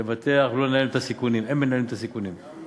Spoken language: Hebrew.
והקשר, או: